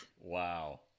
Wow